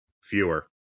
fewer